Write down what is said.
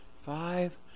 five